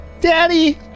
Daddy